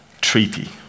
Treaty